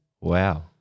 wow